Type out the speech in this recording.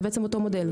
זה בעצם אותו מודל.